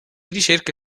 ricerche